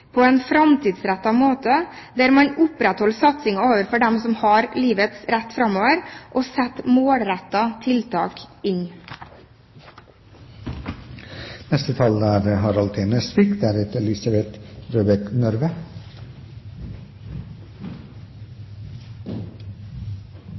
på en framtidsrettet måte, der man opprettholder satsingen overfor dem som har livets rett framover, og setter inn målrettede tiltak. Det er